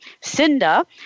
Cinda